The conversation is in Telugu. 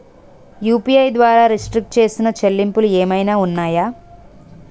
యు.పి.ఐ ద్వారా రిస్ట్రిక్ట్ చేసిన చెల్లింపులు ఏమైనా ఉన్నాయా?